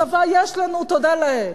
צבא יש לנו, תודה לאל,